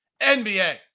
NBA